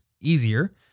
easier